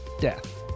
death